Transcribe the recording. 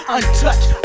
Untouched